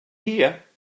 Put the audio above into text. here